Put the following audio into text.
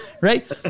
right